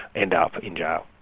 end up in jail.